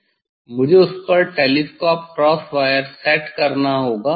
मुझे उस पर टेलीस्कोप क्रॉस वायर सेट करना होगा